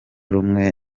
rumwe